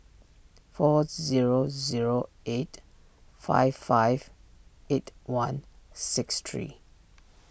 four zero zero eight five five eight one six three